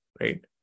right